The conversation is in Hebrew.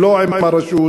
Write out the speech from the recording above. ולא עם הרשות,